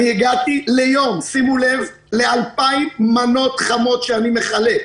הגעתי ביום שימו לב ל-2,000 מנות חמות שאני מחלק.